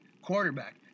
quarterback